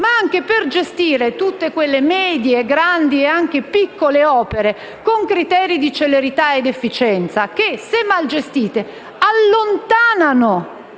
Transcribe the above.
ma anche per gestire tutte le medie, grandi e anche piccole opere con criteri di celerità ed efficienza, che, se mal gestite, allontanano